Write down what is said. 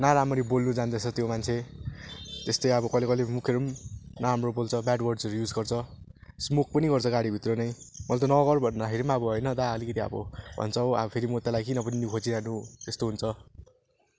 न राम्ररी बोल्नु जान्दछ त्यो मान्छे त्यस्तै अब कहिले कहिले मुखहरू पनि नराम्रोहरू बोल्छ ब्याड वर्ड्सहरू युज गर्छ स्मोक पनि गर्छ गाडीभित्र नै मैले त नगर भन्दाखेरि पनि अब होइन दा अलिकति अब भन्छ हो फेरि म अब त्यसलाई किन पनि निहुँ खोजिरहनु त्यस्तो हुन्छ